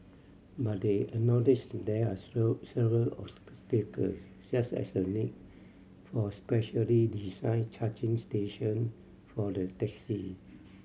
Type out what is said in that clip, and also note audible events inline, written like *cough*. but they acknowledged there are *unintelligible* several *unintelligible* such as the need for specially designed charging station for the taxi